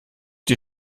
die